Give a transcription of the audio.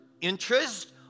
interest